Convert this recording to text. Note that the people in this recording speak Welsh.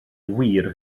wir